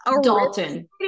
Dalton